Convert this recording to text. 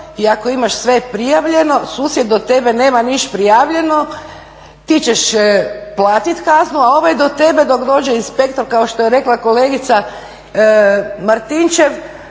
i ako imaš sve prijavljeno, susjed do tebe nema ništa prijavljeno, ti ćeš platiti kaznu, a ovaj do tebe dok dođe inspektor kao što je rekla kolegica Martinčev,